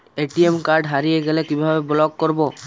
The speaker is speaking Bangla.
এ.টি.এম কার্ড হারিয়ে গেলে কিভাবে ব্লক করবো?